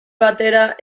batera